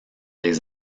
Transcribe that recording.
des